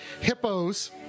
hippos